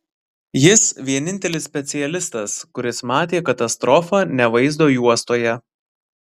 jis vienintelis specialistas kuris matė katastrofą ne vaizdo juostoje